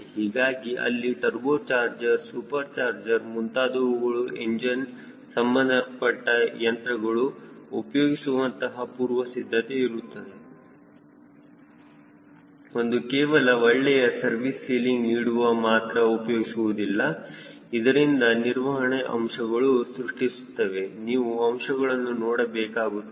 ಹೀಗಾಗಿ ಅಲ್ಲಿ turbo charger super charger ಮುಂತಾದವುಗಳನ್ನು ಎಂಜಿನ್ ಸಂಬಂಧಪಟ್ಟ ಯಂತ್ರಗಳನ್ನು ಉಪಯೋಗಿಸುವಂತಹ ಪೂರ್ವಸಿದ್ಧತೆಯ ಇರುತ್ತದೆ ಇದು ಕೇವಲ ಒಳ್ಳೆಯ ಸರ್ವಿಸ್ ಸೀಲಿಂಗ್ ನೀಡಲು ಮಾತ್ರ ಉಪಯೋಗಿಸುವುದಿಲ್ಲ ಇದರಿಂದ ನಿರ್ವಹಣ ಅಂಶಗಳು ಸೃಷ್ಟಿಸುತ್ತವೆ ನೀವು ಅವುಗಳನ್ನು ನೋಡಿಕೊಳ್ಳಬೇಕಾಗುತ್ತದೆ